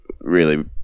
really-